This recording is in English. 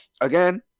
again